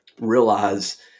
realize